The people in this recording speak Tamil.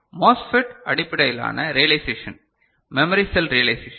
எனவே MOSFET அடிப்படையிலான ரியலைசெஷன் மெமரி செல் ரியலைசெஷன்